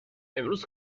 امروز